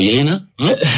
meena